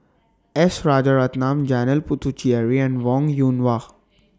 S Rajaratnam Janil Puthucheary and Wong Yoon Wah